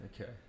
Okay